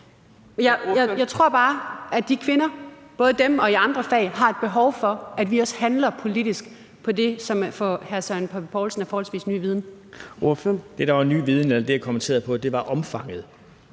Jeg tror bare, at de kvinder, både dem og dem i andre fag, har et behov for, at vi også handler politisk på det, som for hr. Søren Pape Poulsen er forholdsvis ny viden. Kl. 16:11 Fjerde næstformand (Trine